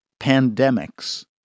pandemics